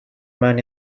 man